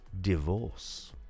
Divorce